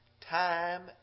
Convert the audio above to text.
Time